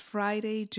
Friday